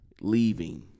leaving